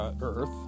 Earth